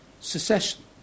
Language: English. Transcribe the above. secession